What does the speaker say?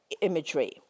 imagery